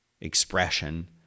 expression